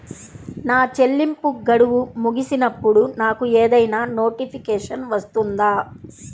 నా చెల్లింపు గడువు ముగిసినప్పుడు నాకు ఏదైనా నోటిఫికేషన్ వస్తుందా?